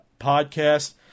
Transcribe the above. podcast